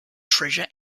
treasure